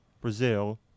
Brazil